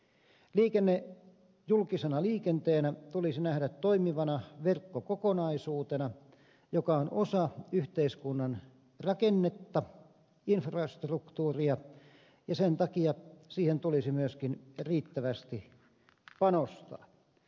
liikenne julkisena liikenteenä tulisi nähdä toimivana verkkokokonaisuutena joka on osa yhteiskunnan rakennetta infrastruktuuria ja sen takia siihen tulisi myöskin riittävästi panostaa